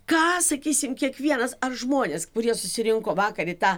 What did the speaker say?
ką sakysim kiekvienas ar žmonės kurie susirinko vakar į tą